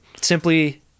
Simply